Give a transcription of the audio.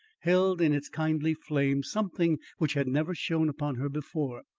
held in its kindly flame something which had never shone upon her before,